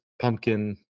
pumpkin